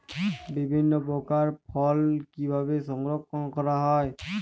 বিভিন্ন প্রকার ফল কিভাবে সংরক্ষণ করা হয়?